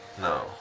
no